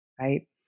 right